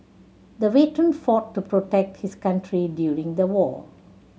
the veteran fought to protect his country during the war